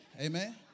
Amen